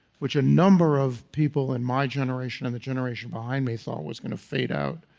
which a number of people in my generation and the generation behind me thought was going to fade out,